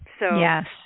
Yes